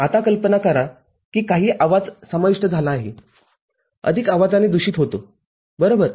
आता कल्पना करा की काही आवाज समाविष्ट झाला आहे अधिक आवाजाने दूषित होतो - बरोबर